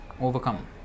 overcome